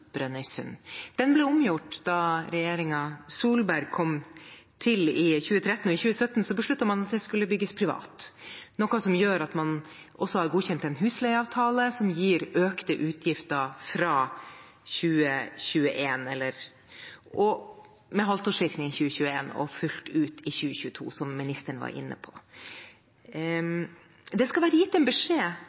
2017 besluttet man at det skulle bygges privat, noe som gjør at man også har godkjent en husleieavtale som gir økte utgifter, med halvårsvirkning fra 2021 og fullt ut i 2022, som ministeren var inne på. Det skal være gitt en beskjed